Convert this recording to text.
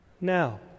Now